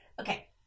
Okay